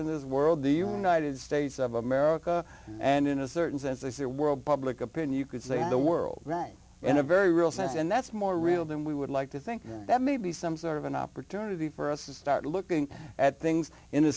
in this world the united states of america and in a certain sense this is a world public opinion could save the world right in a very real sense and that's more real than we would like to think that maybe some sort of an opportunity for us to start looking at things in